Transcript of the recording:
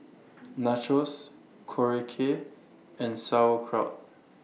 Nachos Korokke and Sauerkraut